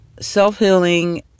Self-healing